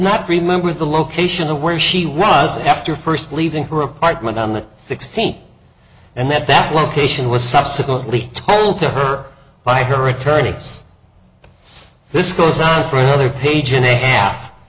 not remember the location of where she was after first leaving her apartment on the sixteenth and that that location was subsequently told to her by her attorneys this goes on for another page and a half